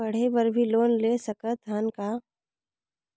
पढ़े बर भी लोन ले सकत हन का?